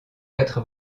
quatre